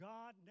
God